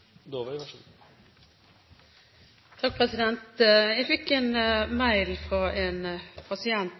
en pasient,